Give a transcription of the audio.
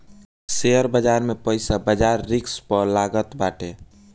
share बाजार में पईसा बाजार रिस्क पअ लागत बाटे